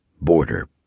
Border